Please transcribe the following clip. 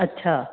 अच्छा